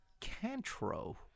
Cantro